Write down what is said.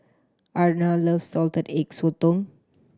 Erna loves Salted Egg Sotong